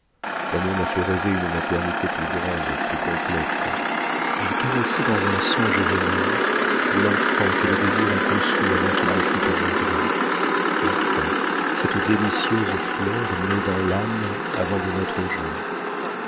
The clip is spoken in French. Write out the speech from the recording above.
l'amour m'a fait rêver une maternité plus grande plus complète j'ai caressé dans un songe évanoui l'enfant que les désirs ont conçu avant qu'il ne fût engendré enfin cette délicieuse fleur née dans l'âme avant de naître au jour